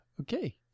Okay